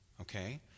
Okay